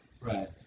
Right